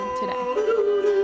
today